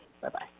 Bye-bye